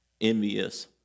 envious